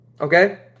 Okay